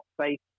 safe